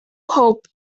hope